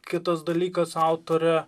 kitas dalykas autorė